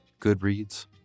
Goodreads